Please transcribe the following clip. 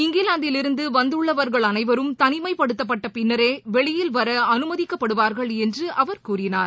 இங்கிலாந்தில் இருந்து வந்துள்ளவா்கள் அனைவரும் தனிமைப்படுத்தப்பட்ட பிள்னரே வெளியில்வர அமைதிக்கப்படுவார்கள் என்று அவர் கூறினார்